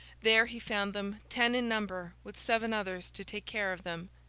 there, he found them, ten in number, with seven others to take care of them,